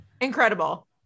incredible